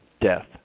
death